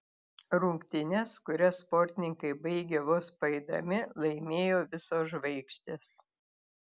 rungtynes kurias sportininkai baigė vos paeidami laimėjo visos žvaigždės